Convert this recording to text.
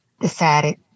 decided